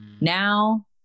now